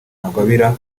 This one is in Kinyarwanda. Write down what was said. ntagwabira